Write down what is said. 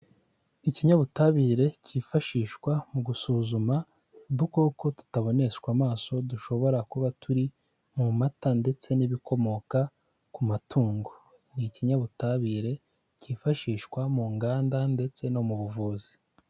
Ikinyabutabire kifashishwa mu gusuzuma udukoko tutaboneshwa amaso dushobora kuba turi mu mata ndetse n'ibikomoka ku matungo, ni ikinyabutabire cyifashishwa mu nganda ndetse no mu buvuzi.